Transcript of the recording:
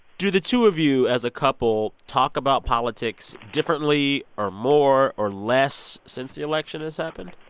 do the two of you, as a couple, talk about politics differently or more or less since the election has happened?